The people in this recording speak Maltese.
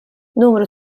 numru